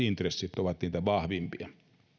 intressit ovat vahvimpia